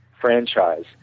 franchise